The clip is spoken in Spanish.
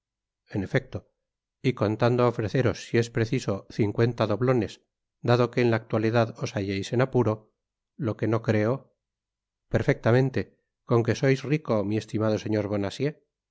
en efecto y contando ofreceros si es preciso cincuenta doblones dado que en la actualidad os halleis en apuro lo que no creo perfectamente con que sois rico mi estimado señor